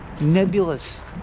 nebulous